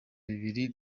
bibiri